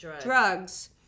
drugs